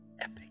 epic